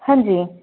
हांजी